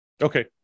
Okay